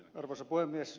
arvoisa puhemies